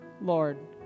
Lord